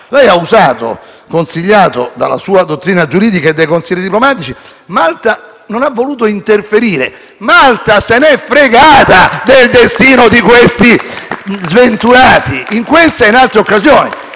lei ha detto, consigliato dalla sua dottrina giuridica e dai consiglieri diplomatici, che Malta non ha voluto interferire. Presidente, Malta se n'è fregata del destino di questi sventurati, in questa e in altre occasioni!